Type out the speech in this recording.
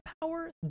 power